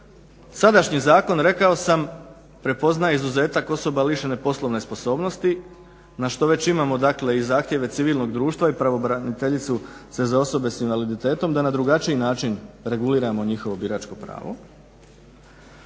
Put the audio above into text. Sadašnji zakon rekao sam prepoznaje izuzetak osoba lišene poslovne sposobnosti, na što već imamo, dakle i zahtjeve civilnog društva i pravobraniteljice za osobe s invaliditetom da na drugačiji način reguliramo njihovo biračko pravo.